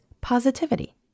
positivity